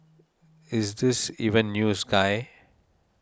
is this even news guy